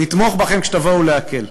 נתמוך בכם כשתבואו להקל.